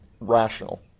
rational